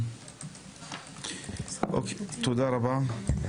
תודה רבה.